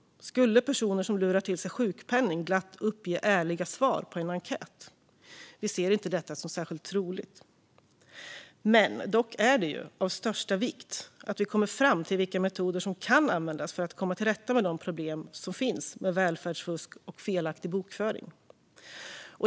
Skulle personer som lurar till sig sjukpenning glatt uppge ärliga svar på en enkät? Vi ser inte detta som särskilt troligt. Dock är det av största vikt att vi kommer fram till vika metoder som kan användas för att komma till rätta med de problem som finns med välfärdsfusk och felaktig folkbokföring.